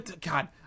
God